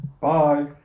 Bye